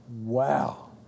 Wow